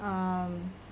um